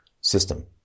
system